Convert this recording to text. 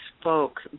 spoke